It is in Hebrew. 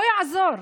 לא יעזור.